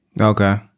okay